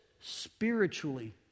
spiritually